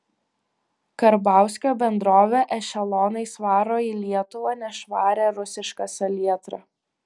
karbauskio bendrovė ešelonais varo į lietuvą nešvarią rusišką salietrą